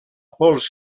pols